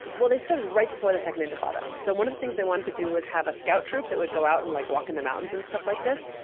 they started right before the second intifada. so one of the things they wanted to do was have a scout troop that would go out and like walk in the mountains and stuff like this.